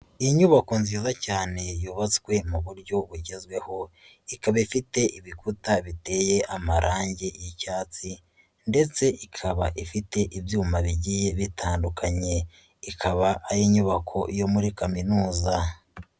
Inyubako nziza cyane yubatswe mu buryo bugezweho ikaba ifite ibikuta biteye amarange y'icyatsi ndetse ikaba ifite ibyuma bigiye bitandukanye, ikaba ari inyubako yo muri kaminuza.